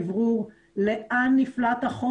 להיכן יוצאים פתחי האוורור,